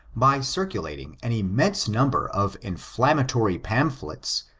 by circulating an immense number of inflammatory pamphlets,